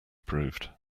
proved